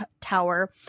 tower